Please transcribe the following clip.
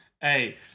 Hey